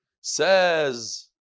Says